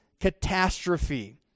catastrophe